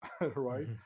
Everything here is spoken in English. right